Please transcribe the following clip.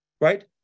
right